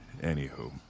Anywho